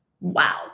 Wow